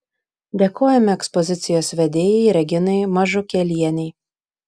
dėkojame ekspozicijos vedėjai reginai mažukėlienei